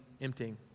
emptying